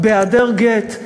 בהיעדר גט,